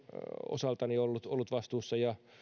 osaltani ollut ollut vastuussa ja